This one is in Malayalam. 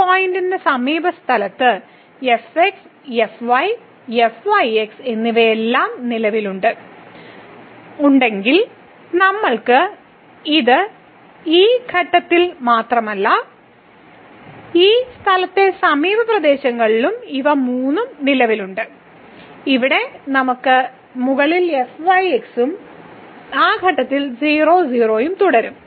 ഈ പോയിന്റിന്റെ സമീപസ്ഥലത്ത് എന്നിവയെല്ലാം നിലവിലുണ്ടെങ്കിൽ നമ്മൾക്ക് ഇത് ഈ ഘട്ടത്തിൽ മാത്രമല്ല ഈ സ്ഥലത്തിന്റെ സമീപപ്രദേശങ്ങളിലും ഇവ മൂന്നും നിലവിലുണ്ട് ഇവിടെ മുകളിൽ fyx ഉം ആ ഘട്ടത്തിൽ 0 0 തുടരും